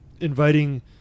inviting